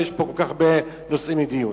כי יש פה כל כך הרבה נושאים לדיון.